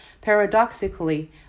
Paradoxically